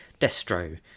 Destro